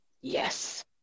Yes